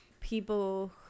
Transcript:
people